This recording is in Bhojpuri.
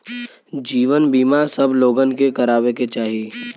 जीवन बीमा सब लोगन के करावे के चाही